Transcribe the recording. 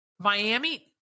Miami